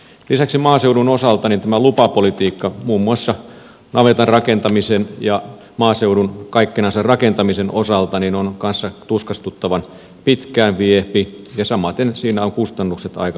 lisäksi maaseudun osalta tämä lupapolitiikka muun muassa navetan rakentamisen ja maaseudulla kaikkinensa rakentamisen osalta kanssa tuskastuttavan pitkään viepi ja samaten siinä ovat kustannukset aikamoiset